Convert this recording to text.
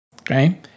okay